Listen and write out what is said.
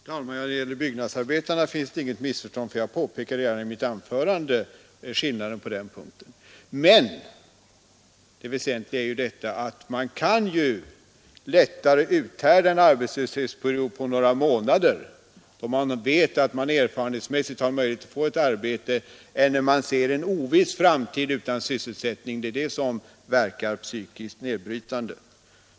Herr talman! När det gäller byggnadsarbetarna föreligger inget missförstånd. Jag påpekade redan i mitt anförande skillnaden på den punkten. Men, det väsentliga är ju att man lättare kan uthärda en arbetslöshetsperiod på några månader om man erfarenhetsmässigt vet att man har möjligheter att få arbete, än när man ser en oviss framtid utan sysselsättning. Det är det som är psykiskt nedbrytande.